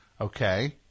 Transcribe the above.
Okay